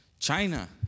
China